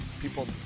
people